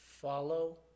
Follow